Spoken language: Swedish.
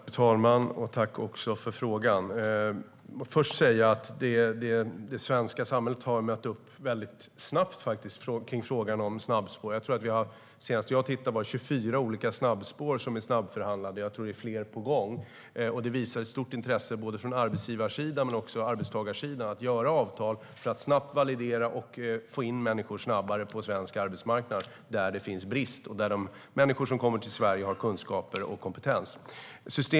Fru talman! Jag tackar Sotiris Delis för frågan. Det svenska samhället har snabbt mött upp i frågan om snabbspår. Senast jag tittade var 24 olika snabbspår förhandlade, och jag tror att det är fler på gång. Det visar på ett stort intresse från arbetsgivarsidan och arbetstagarsidan att sluta avtal för att snabbt validera och få in människor snabbare på svensk arbetsmarknad inom områden där det finns brist och där människor som kommer till Sverige har kunskaper och kompetens.